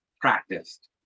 practiced